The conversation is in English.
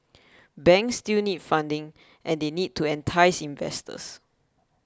banks still need funding and they need to entice investors